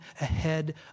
ahead